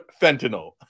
fentanyl